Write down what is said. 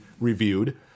reviewed